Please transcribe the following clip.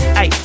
ay